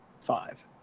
five